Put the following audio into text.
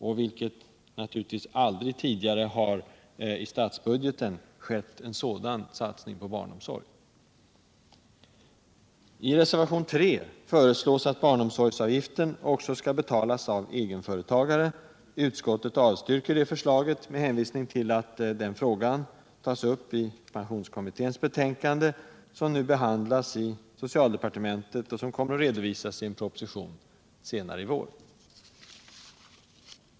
En sådan satsning på barnomsorgen har aldrig tidigare gjorts. I reservationen 3 föreslås att barnomsorgsavgiften också skall betalas av egenföretagare. Utskottet avstyrker det förslaget med hänvisning till att den frågan tas upp i pensionskommitténs betänkande, som nu behandlas i socialdepartementet, och som kommer att redovisas i en proposition senare i vår.